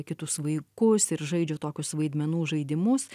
kitus vaikus ir žaidžia tokius vaidmenų žaidimus